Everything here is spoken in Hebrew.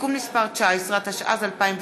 (תיקון מס' 19), התשע"ז 2017,